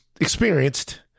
experienced